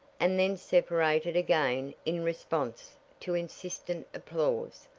and then separated again in response to insistent applause.